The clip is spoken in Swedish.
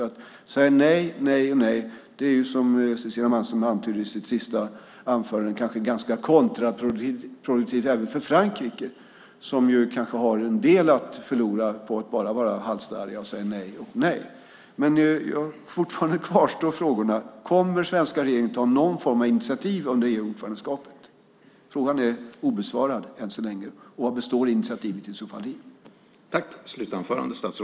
Att säga nej, nej, nej är som Cecilia Malmström antydde i sitt senaste inlägg ganska kontraproduktivt även för Frankrike, som ju kanske har en del att förlora på att bara vara halsstarriga och säga nej och nej. Men fortfarande kvarstår frågorna: Kommer den svenska regeringen att ta någon form av initiativ under ordförandeskapet? Frågan är obesvarad än så länge. Och vad består initiativet i så fall i?